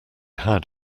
had